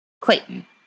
Clayton